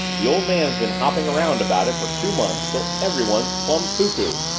the old man's been hopping around about it for two months till everybody's plumb cuckoo.